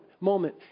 moment